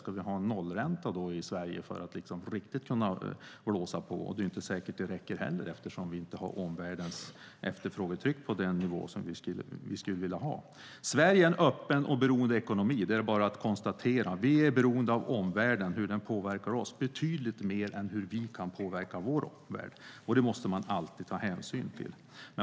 Ska vi ha en nollränta i Sverige för att riktigt kunna blåsa på? Det är inte säkert att det räcker, eftersom vi inte har omvärldens efterfrågetryck på den nivå som vi skulle vilja ha. Sverige är en öppen och beroende ekonomi. Det är bara att konstatera det. Vi är beroende av omvärlden, och den påverkar oss, betydligt mer än vi kan påverka vår omvärld. Det måste man alltid ta hänsyn till.